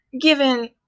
Given